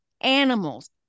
animals